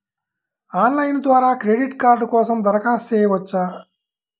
Online ద్వారా credit card కోసం దరఖాస్తు చేయవచ్చా?